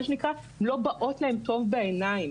מה שנקרא הן לא באות להם טוב בעיניים,